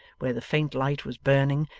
where the faint light was burning,